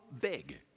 big